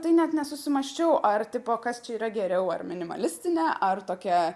tai net nesusimąsčiau ar tipo kas čia yra geriau ar minimalistinė ar tokia